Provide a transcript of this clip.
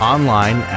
Online